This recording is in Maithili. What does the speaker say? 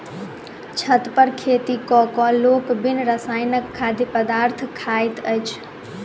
छत पर खेती क क लोक बिन रसायनक खाद्य पदार्थ खाइत अछि